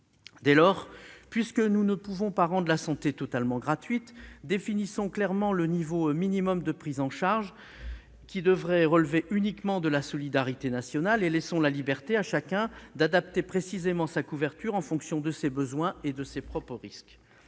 Dès lors, puisque nous ne pouvons pas rendre la santé totalement gratuite, définissons clairement le niveau minimum de prise en charge qui devrait relever uniquement de la solidarité nationale et laissons à chacun la liberté d'adapter précisément sa couverture en fonction de ses besoins et de ses propres risques.